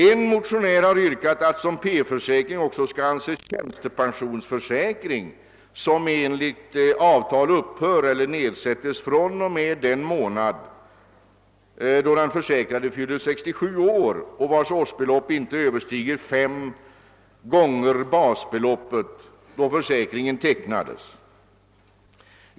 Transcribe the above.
En motionär har yrkat att som P-försäkring också skall avses tjänstepensionsförsäkring, som enligt avtal upphör eller nedsätts fr.o.m. den månad då den försäkrade fyller 67 år och vars årsbelopp inte överstiger fem gånger basbeloppet när försäkringen tecknades.